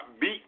beat